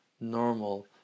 normal